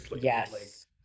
Yes